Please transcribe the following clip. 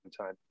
time